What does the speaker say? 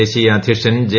ദേശീയ അദ്ധ്യക്ഷൻ ജെ